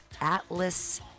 Atlas